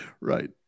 Right